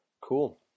Cool